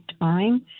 time